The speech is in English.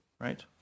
Right